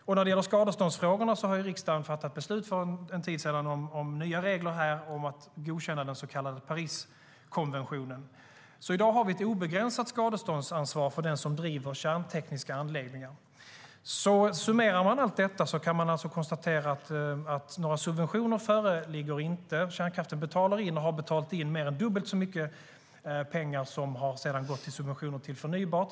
När det gäller skadeståndsfrågorna fattade riksdagen för en tid sedan beslut om nya regler genom att godkänna den så kallade Pariskonventionen. I dag har vi ett obegränsat skadeståndsansvar för den som driver kärntekniska anläggningar. För att summera allt detta kan man konstatera att några subventioner inte föreligger. Kärnkraften betalar in och har betalat in mer än dubbelt så mycket pengar som den fick i forskningsprogrammen. Dessa pengar har sedan gått till subventioner för förnybart.